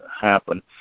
happen